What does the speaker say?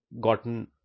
gotten